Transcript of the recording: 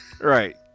Right